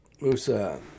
Musa